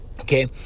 Okay